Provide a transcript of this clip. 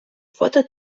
фото